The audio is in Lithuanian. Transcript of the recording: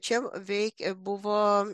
čia veik buvo